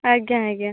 ଆଜ୍ଞା ଆଜ୍ଞା